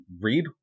read